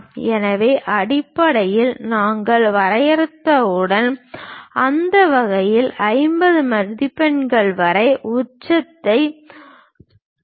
எனவே அடிப்படை நாங்கள் வரையறுத்தவுடன் அந்த வரிசையில் 50 மதிப்பெண்கள் வரை உச்சத்தை சுட்டிக்காட்டுங்கள்